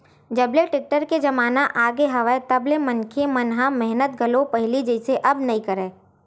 जब ले टेक्टर के जमाना आगे हवय तब ले मनखे मन ह मेहनत घलो पहिली जइसे अब नइ करय